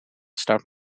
start